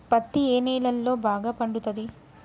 పత్తి ఏ నేలల్లో బాగా పండుతది?